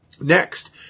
Next